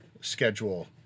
schedule